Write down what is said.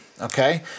okay